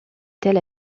tel